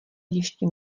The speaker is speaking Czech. ještě